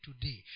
today